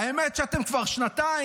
האמת היא שאתם כבר שנתיים,